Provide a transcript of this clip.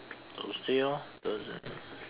Thursday orh Thursday